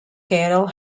cattle